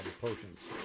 potions